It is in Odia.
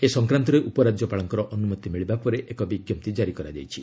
ଏ ସଂକ୍ରାନ୍ତରେ ଉପରାଜ୍ୟପାଳଙ୍କର ଅନୁମତି ମିଳିବା ପରେ ଏକ ବିଞ୍ଘପ୍ତି କାରି କରାଯାଇଛି